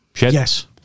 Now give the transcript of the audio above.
Yes